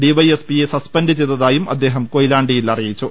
DYSP യെ suspend ചെയ്തതായും അദ്ദേഹം കൊയിലാണ്ടിയിൽ പറഞ്ഞു